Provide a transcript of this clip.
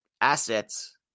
assets